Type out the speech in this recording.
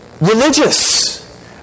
religious